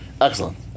excellent